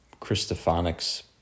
Christophonic's